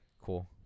cool